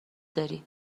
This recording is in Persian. داری